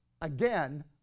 again